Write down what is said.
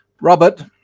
Robert